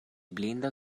blinda